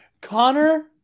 Connor